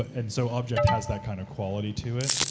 and so object has that kind of quality to it,